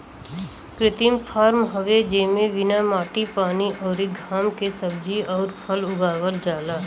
कृत्रिम फॉर्म हवे जेमे बिना माटी पानी अउरी घाम के सब्जी अउर फल उगावल जाला